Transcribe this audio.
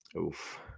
oof